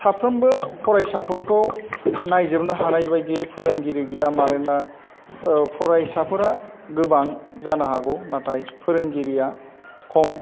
साफ्रोमबो फरायसाफोरखौ नायजोबनो हानायबायदियै फोरोंगिरि गैया मानोना फरायसाफोरा गोबां जानो हागौ नाथाय फोरोंगिरिया खम